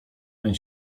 ten